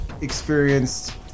experienced